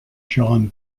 john